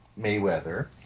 Mayweather